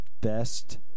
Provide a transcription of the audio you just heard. best